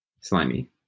Slimy